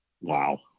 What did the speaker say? Wow